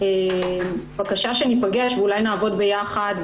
בקשה שניפגש ואולי נעבוד ביחד,